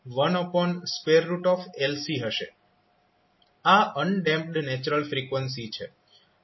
આ undamped natural frequency છે